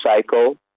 cycle